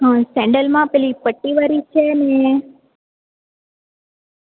હ સેન્ડલમાં પેલી પટ્ટીવાળી છે ને